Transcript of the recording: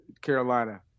Carolina